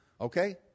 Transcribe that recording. Okay